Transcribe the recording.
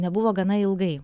nebuvo gana ilgai